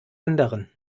anderen